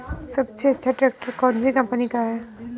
सबसे अच्छा ट्रैक्टर कौन सी कम्पनी का है?